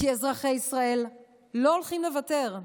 כי אזרחי ישראל לא הולכים לוותר.